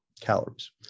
calories